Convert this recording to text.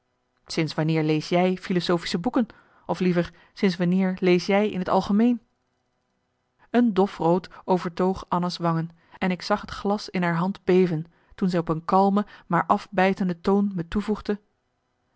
sinds wanneer lees jij philosophische boeken of liever sinds wanneer lees jij in t algemeen een dof rood overtoog anna's wangen en ik zag het glas in haar hand beven toen zij op een kalme maar afbijtende toon me toevoegde